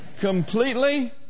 Completely